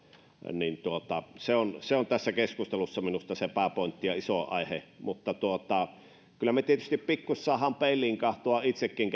niin se on se on tässä keskustelussa minusta se pääpointti ja isoin aihe kyllä me tietysti pikkusen saamme peiliin katsoa itsekin